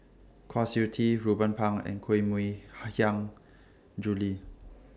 Kwa Siew Tee Ruben Pang and Koh Mui Hiang Julie